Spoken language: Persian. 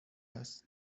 است